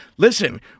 Listen